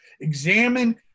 examine